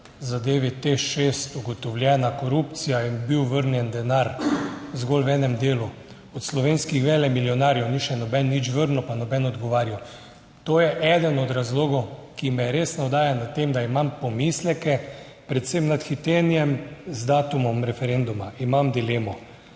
TEŠ6 ugotovljena korupcija in bil vrnjen denar zgolj v enem delu, od slovenskih velemijonarjev ni še noben nič vrnil, pa noben odgovarjal. To je eden od razlogov, ki me res navdaja nad tem, da imam pomisleke, predvsem nad hitenjem z datumom referenduma. Imam dilemo.